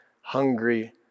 hungry